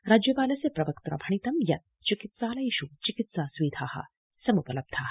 राज्यपालस्य प्रवक्त्रा भणित यत् चिकित्सालयेषु चिकित्सा सुविधा उपलब्धा